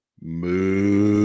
Move